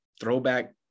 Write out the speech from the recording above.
throwback